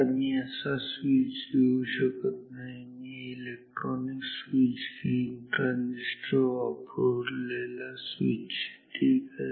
आता मी असा स्विच घेऊ शकत नाही मी इलेक्ट्रॉनिक स्विच घेईन ट्रांजिस्टर वापरलेला स्विच ठीक आहे